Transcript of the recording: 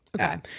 Okay